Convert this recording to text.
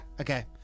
okay